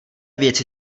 věci